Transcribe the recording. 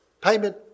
payment